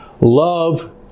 Love